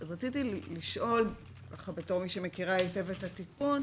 בתור מי שמכירה היטב את התיקון,